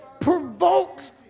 provokes